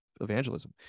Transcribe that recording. evangelism